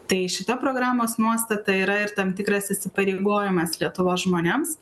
tai šita programos nuostata yra ir tam tikras įsipareigojimas lietuvos žmonėms